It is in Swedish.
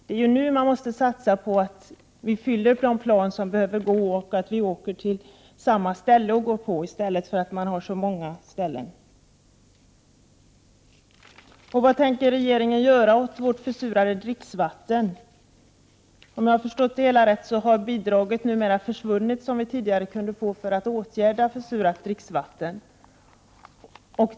Det är nu man måste satsa på att fylla de flygplan som behöver gå i trafik och på att hålla antalet flygplatser nere. Vad tänker regeringen göra åt vårt försurade dricksvatten? Om jag har förstått det hela rätt, så har det bidrag man tidigare kunde få för att åtgärda försurat dricksvatten försvunnit.